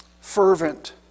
fervent